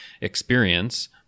experience